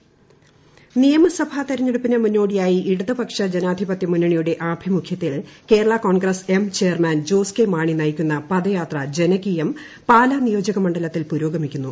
ജനകീയം പദയാത്ര നിയമസഭാ തെരഞ്ഞെടുപ്പിന് മുന്നോടിയായി ഇടതുപക്ഷ ജനാധിപത്യ മുന്നണിയുടെ ആഭിമുഖ്യത്തിൽ Kerala Congress M chairman Jose K Mani നയിക്കുന്ന പദയാത്ര ജനകീയം പാലാ നിയോജക മണ്ഡലത്തിൽ പുരോഗമിക്കുന്നു